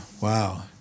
wow